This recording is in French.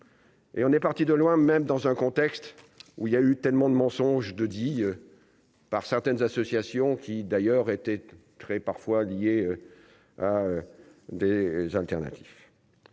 Et on est parti de loin, même dans un contexte où il y a eu tellement de mensonges, de 10 par certaines associations, qui d'ailleurs était très parfois liées à des alternatives.